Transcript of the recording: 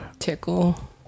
tickle